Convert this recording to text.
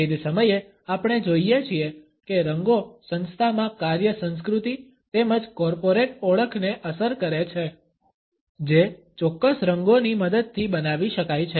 તે જ સમયે આપણે જોઇએ છીએ કે રંગો સંસ્થામાં કાર્ય સંસ્કૃતિ તેમજ કોર્પોરેટ ઓળખને અસર કરે છે જે ચોક્કસ રંગોની મદદથી બનાવી શકાય છે